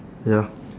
ya